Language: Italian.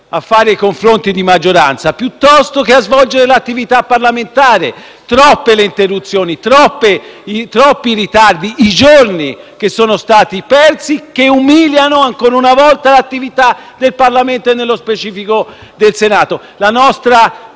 a fare i confronti di maggioranza piuttosto che a svolgere l'attività parlamentare. Troppe sono le interruzioni, i ritardi e i giorni che sono stati persi e che umiliano, ancora una volta, l'attività del Parlamento e nello specifico del Senato.